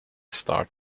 start